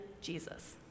Jesus